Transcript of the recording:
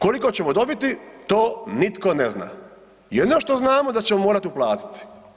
Koliko ćemo dobiti, to nitko ne zna, jedino što znamo da ćemo morati uplatiti.